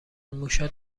موشا